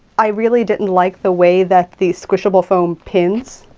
i really didn't like the way that the squishable foam pins.